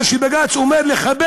אבל כשבג"ץ אומר לחבר